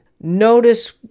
Notice